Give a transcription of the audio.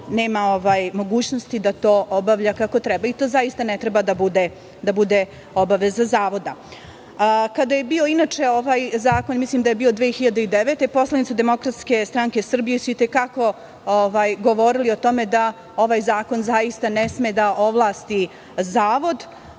nema mogućnosti da to obavlja kako treba i to zaista ne treba da bude obaveza Zavoda. Kada je bio inače ovaj Zakon, mislim da je bio 2009. godine, poslanici DSS su i te kako govorili o tome da ovaj zakon zaista ne sme da ovlasti Zavod